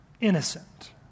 innocent